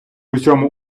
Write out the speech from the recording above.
усьому